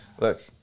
Look